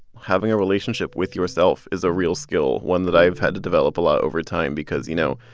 having a relationship with yourself is a real skill, one that i've had to develop a lot over time because, you know,